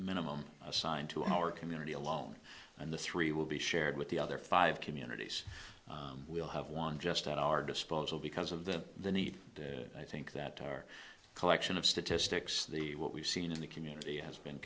minimum assigned to our community alone and the three will be shared with the other five communities we'll have one just at our disposal because of the the need i think that our collection of statistics the what we've seen in the community has been